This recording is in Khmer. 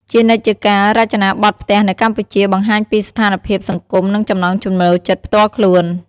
ជានិច្ចជាកាល រចនាបថផ្ទះនៅកម្ពុជា បង្ហាញពីស្ថានភាពសង្គម និងចំណង់ចំណូលចិត្តផ្ទាល់ខ្លួន។